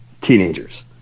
teenagers